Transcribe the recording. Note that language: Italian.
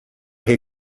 che